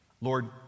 lord